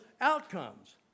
outcomes